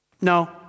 No